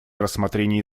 рассмотрении